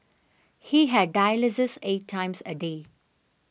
he had dialysis eight times a day